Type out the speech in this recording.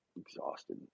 Exhausted